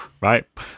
Right